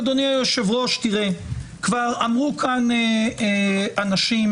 אדוני היושב-ראש, כבר אמרו פה אנשים,